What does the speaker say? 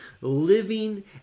living